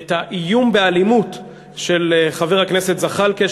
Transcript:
את האיום באלימות של חבר הכנסת זחאלקה,